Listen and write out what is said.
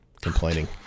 complaining